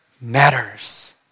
matters